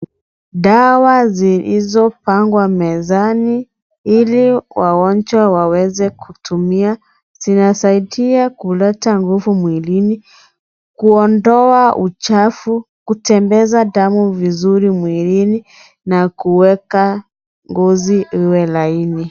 Dawa zilizopangwa mezani ili wangonjwa waweze kutumia, zanasaidia kuleta nguvu mwilini, kuondoa uchafu, kutembeza damu vizuri mwilini na kuweka ngozi iwe laini.